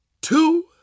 two